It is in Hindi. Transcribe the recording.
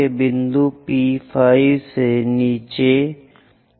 उस बिंदु P4 के रूप में कॉल को इंटरसेक्ट कर रहा है